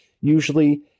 Usually